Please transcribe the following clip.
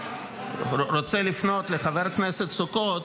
אני רוצה לפנות לחבר הכנסת סוכות,